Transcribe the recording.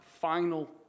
final